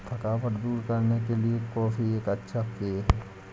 थकावट दूर करने के लिए कॉफी एक अच्छा पेय है